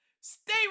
Stay